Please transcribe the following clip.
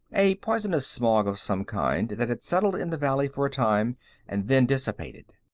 a poisonous smog of some kind that had settled in the valley for a time and then dissipated.